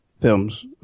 films